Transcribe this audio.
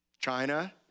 China